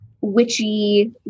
witchy